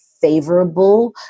favorable